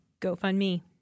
GoFundMe